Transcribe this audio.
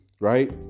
right